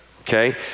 okay